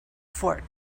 fort